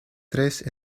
tres